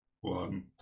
one